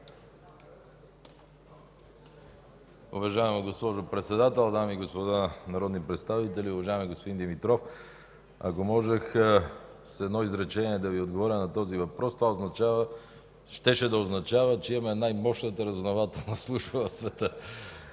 уважаеми господин Димитров! Ако можех с едно изречение да Ви отговоря на този въпрос, това щеше да означава, че имаме най-мощната разузнавателна служба в света.